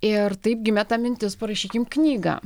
ir taip gimė ta mintis parašykim knygą